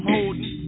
Holding